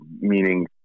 meaning